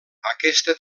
aquesta